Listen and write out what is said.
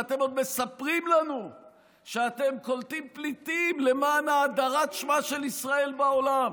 ואתם עוד מספרים לנו שאתם קולטים פליטים למען האדרת שמה של ישראל בעולם.